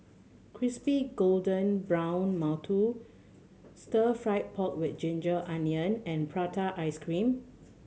crispy golden brown mantou stir fried pork with ginger onion and prata ice cream